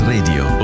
Radio